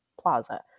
plaza